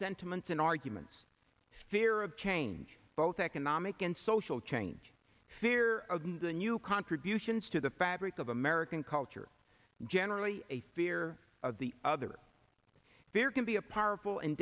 sentiments and arguments fear of change both economic and social change the new contributions to the fabric of american culture generally a fear of the other there can be a powerful and